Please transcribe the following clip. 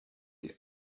the